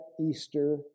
Easter